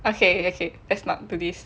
okay okay let's not do this